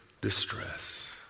distress